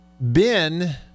Ben